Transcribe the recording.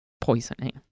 poisoning